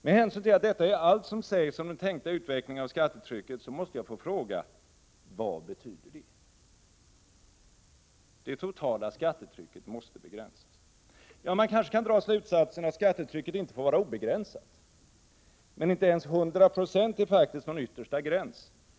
Med hänsyn till att detta är allt som sägs om den tänkta utvecklingen av skattetrycket måste jag få fråga: Vad betyder det? Man kanske kan dra slutsatsen att skattetrycket inte får vara obegränsat, men inte ens 100 96 är faktiskt någon yttersta gräns.